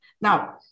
Now